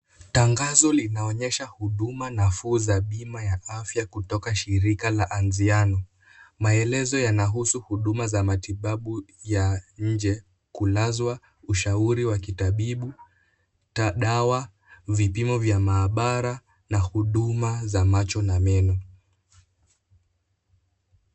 Tangazo linaonyesha huduma nafuu za bima ya afya kutoka shirika la Anziano. Maelezo yanahusu huduma za matibabu ya nje, kulazwa, ushauri wa kitabibu, dawa, vipimo vya maabara na huduma za macho na meno.